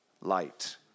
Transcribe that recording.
light